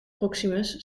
proximus